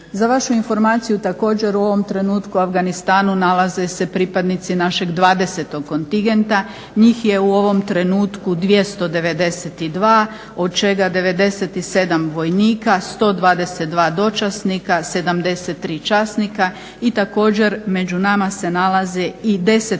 Za vašu informaciju također u ovom trenutku u Afganistanu nalaze se pripadnici našeg 20 kontingenta. Njih je u ovom trenutku 292 od čega 97 vojnika, 122 dočasnika, 73 časnika i također među nama se nalazi i 10